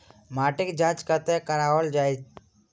माटिक जाँच कतह कराओल जाए?